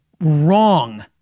wrong